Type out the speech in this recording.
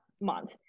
month